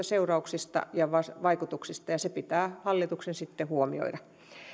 seurauksista ja vaikutuksista ja se pitää hallituksen huomioida